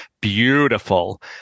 beautiful